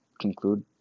conclude